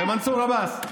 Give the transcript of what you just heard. ומנסור עבאס.